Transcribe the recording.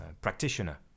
practitioner